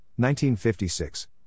1956